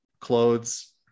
clothes